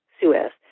Suez